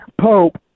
pope